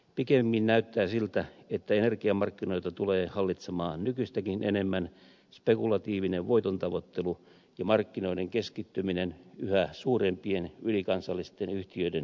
pikemmin näyttää siltä että energiamarkkinoita tulee hallitsemaan nykyistäkin enemmän spekulatiivinen voitontavoittelu ja markkinoiden keskittyminen yhä suurempien ylikansallisten yhtiöiden käsiin